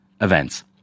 events